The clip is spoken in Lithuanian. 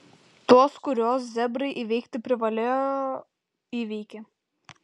tuos kuriuos zebrai įveikti privalėjo įveikė